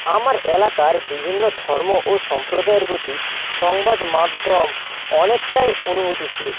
আমার এলাকার বিভিন্ন ধর্ম ও সম্প্রদায়ের প্রতি সংবাদমাধ্যম অনেকটাই অনুভূতিশীল